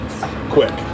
quick